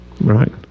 Right